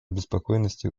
обеспокоенности